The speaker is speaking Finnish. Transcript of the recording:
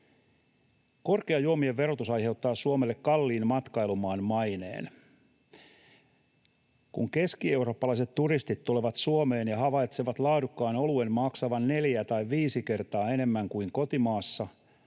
Korkea juomien verotus aiheuttaa Suomelle kalliin matkailumaan maineen. Kun keskieurooppalaiset turistit tulevat Suomeen ja havaitsevat laadukkaan oluen maksavan neljä tai viisi kertaa enemmän kuin kotimaassa,